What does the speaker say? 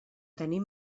tenim